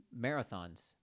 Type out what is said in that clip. marathons